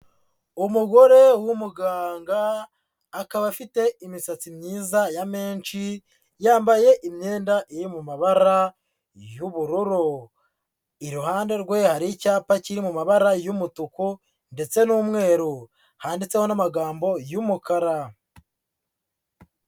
Umugore w'umuganga akaba afite imisatsi myiza ya menshi, yambaye imyenda iri mu mabara y'ubururu, iruhande rwe hari icyapa kiri mu mabara y'umutuku ndetse n'umweru handitseho n'amagambo y'umukara.